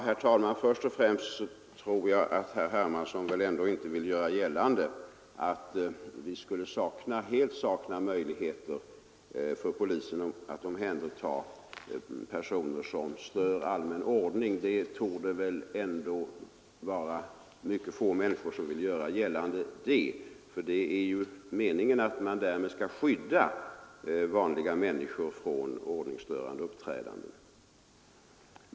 Herr talman! Först och främst tror jag ändå inte att herr Hermansson vill göra gällande att vi helt skulle sakna möjligheter för polisen att omhänderta personer som stör allmän ordning. Det torde väl vara mycket få människor som vill göra detta gällande. Meningen är ju att man skall skydda vanliga människor från ordningsstörande uppträdande.